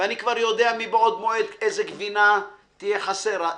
ואני כבר יודע מבעוד מועד איזו גבינה תהיה חסרה.